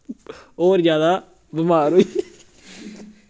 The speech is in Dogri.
होर ज्यादा बमार होई